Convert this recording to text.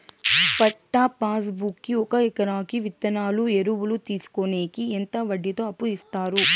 పట్టా passbook కి ఒక ఎకరాకి విత్తనాలు, ఎరువులు తీసుకొనేకి ఎంత వడ్డీతో అప్పు ఇస్తారు?